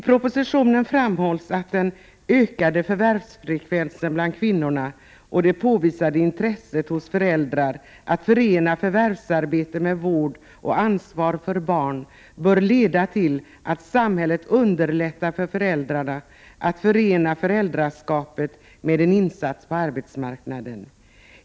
I propositionen framhålls att den ökade förvärvsfrekvensen bland kvinnorna och det påvisade intresset hos föräldrar att förena förvärvsarbete med vård och ansvar för barn bör leda till att samhället underlättar för föräldrarna att förena föräldraskapet med en insats på arbetsmarknaden.